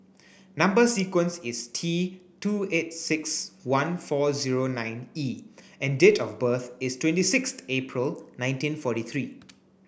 number sequence is T two eight six one four zero nine E and date of birth is twenty sixth April nineteen forty three